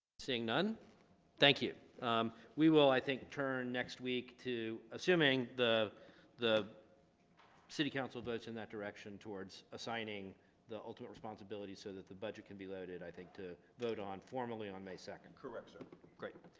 seeing none thank you we will i think turn next week to assuming the the city council votes in that direction towards assigning the ultimate responsibility so that the budget can be loaded i think to vote on formally on may second correct sir great